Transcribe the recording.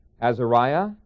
Azariah